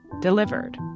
delivered